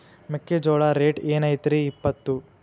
ಮೆಕ್ಕಿಜೋಳ ರೇಟ್ ಏನ್ ಐತ್ರೇ ಇಪ್ಪತ್ತು?